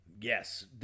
Yes